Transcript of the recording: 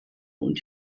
und